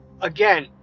again